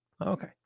Okay